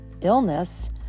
illness